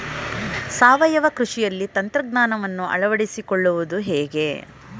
ಸಾವಯವ ಕೃಷಿಯಲ್ಲಿ ತಂತ್ರಜ್ಞಾನವನ್ನು ಅಳವಡಿಸಿಕೊಳ್ಳುವುದು ಹೇಗೆ?